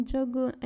Jogu